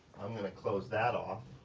i'm gonna close that off.